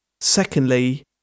Secondly